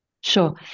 Sure